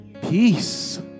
peace